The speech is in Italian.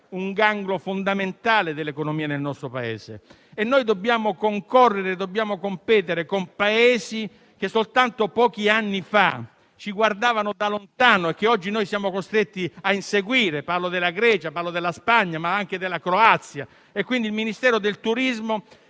un ganglio fondamentale dell'economia nel nostro Paese e dobbiamo concorrere e competere con Paesi che, soltanto pochi anni fa, ci guardavano da lontano e che oggi siamo costretti a inseguire: parlo della Grecia, parlo della Spagna, ma anche della Croazia. Quindi, il Ministero del turismo